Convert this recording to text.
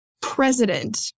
president